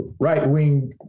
right-wing